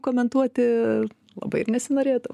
komentuoti labai ir nesinorėtų